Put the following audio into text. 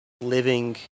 living